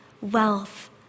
wealth